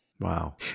Wow